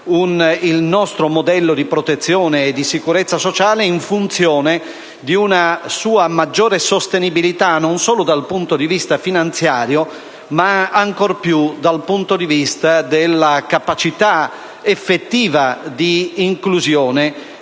il nostro modello di protezione e di sicurezza sociale in funzione di una sua maggiore sostenibilità, non solo dal punto di vista finanziario, ma ancor più dal punto di vista della capacità effettiva di inclusione